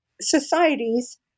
societies